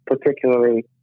particularly